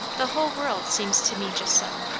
the whole world seems to me just so.